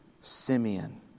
Simeon